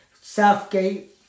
Southgate